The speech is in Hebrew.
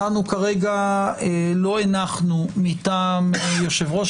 אנחנו כרגע לא הנחנו מטעם יושב-ראש